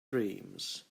dreams